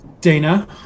Dana